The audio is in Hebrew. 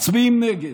מצביעים נגד.